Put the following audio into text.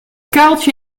kuiltje